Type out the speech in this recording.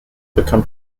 become